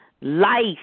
life